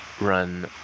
run